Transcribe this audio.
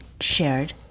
shared